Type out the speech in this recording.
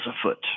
afoot